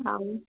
ହଁ